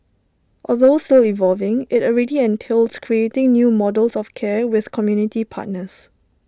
although still evolving IT already entails creating new models of care with community partners